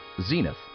Zenith